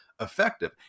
effective